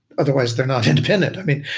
otherwise, they're not independent. i mean,